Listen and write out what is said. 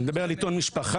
אני מדבר על עיתון 'המשפחה',